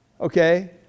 Okay